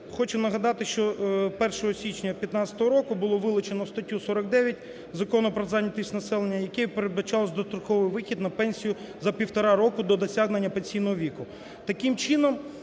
хочу нагадати, що 11 січня 2015 року було вилучено статтю 49 Закону про зайнятість населення, якою передбачалося достроковий вихід на пенсію за півтора року до досягнення пенсійного віку.